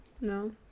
No